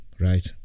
right